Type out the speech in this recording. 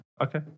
Okay